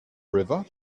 river